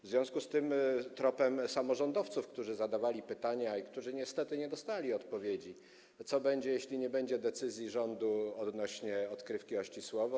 W związku z tym, idąc tropem samorządowców, którzy zadawali pytania i którzy niestety nie dostali odpowiedzi, pytam: Co się stanie, jeśli nie będzie decyzji rządu odnośnie do odkrywki Ościsłowo?